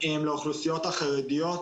לאוכלוסיות החרדיות,